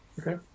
Okay